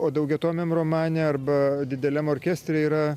o daugiatomiam romane arba dideliam orkestre yra